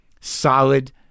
Solid